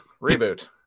reboot